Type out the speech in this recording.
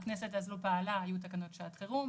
הכנסת אז לא פעלה, היו תקנות שעת חירום.